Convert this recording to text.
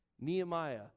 Nehemiah